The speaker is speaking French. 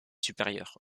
supérieur